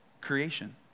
creation